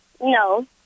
No